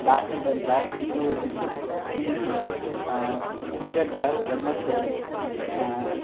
பேட்மிட்டனில் ஸ் PV Sindhu PV Sindhu க்ரிக்கெட்டில் MS Dhoni